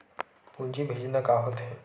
पूंजी भेजना का होथे?